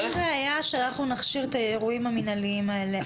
אין בעיה שנכשיר את האירועים המנהליים האלה.